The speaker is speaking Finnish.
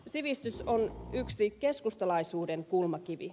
sivistys on yksi keskustalaisuuden kulmakivi